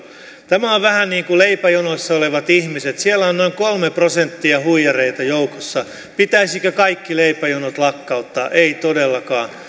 tämä on vähän niin kuin leipäjonoissa olevat ihmiset siellä on noin kolme prosenttia huijareita joukossa pitäisikö kaikki leipäjonot lakkauttaa ei todellakaan